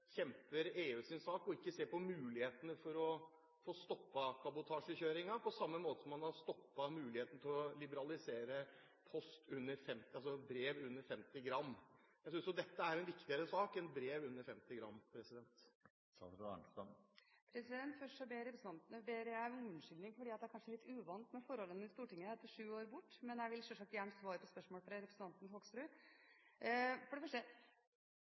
kjemper EUs sak og ikke ser på muligheten for å få stoppet kabotasjekjøringen på samme måte som man har stoppet muligheten for å liberalisere for brev under 50 gram. Jeg synes jo dette er en viktigere sak enn brev under 50 gram. Først ber jeg representantene om unnskyldning for at jeg er litt uvant med forholdene i Stortinget etter sju år borte. Jeg vil selvsagt gjerne svare på spørsmål fra representanten Hoksrud. For det første: